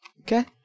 Okay